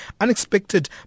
unexpected